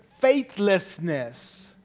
faithlessness